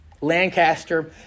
Lancaster